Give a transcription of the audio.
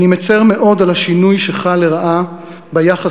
אני מצר מאוד על השינוי לרעה שחל ביחס